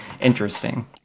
interesting